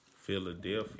Philadelphia